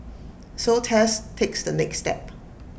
so Tess takes the next step